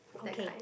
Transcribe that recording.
okay